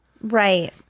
Right